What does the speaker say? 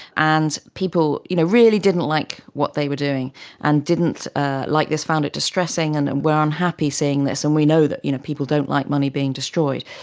and people you know really didn't like what they were doing and didn't like this, found it distressing and and were unhappy seeing this. and we know that you know people don't like money being destroyed.